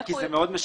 זה משנה מאוד.